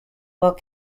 while